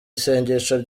isengesho